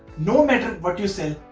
no matter what you sell,